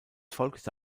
folgte